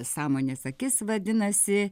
sąmonės akis vadinasi